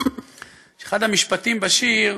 כשאחד המשפטים בשיר